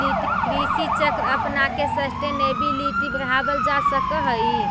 कृषि चक्र अपनाके सस्टेनेबिलिटी बढ़ावल जा सकऽ हइ